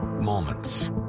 moments